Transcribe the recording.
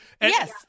Yes